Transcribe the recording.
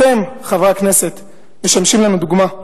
אתם, חברי הכנסת, משמשים לנו דוגמה.